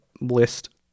list